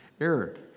Eric